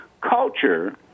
Culture